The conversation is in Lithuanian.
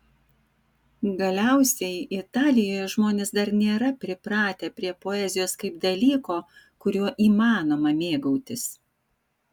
galiausiai italijoje žmonės dar nėra pripratę prie poezijos kaip dalyko kuriuo įmanoma mėgautis